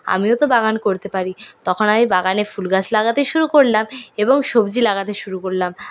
আমিও তো বাগান করতে পারি তখন আমি বাগানে ফুলগাছ লাগাতে শুরু করলাম এবং সবজি লাগাতে শুরু করলাম